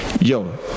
yo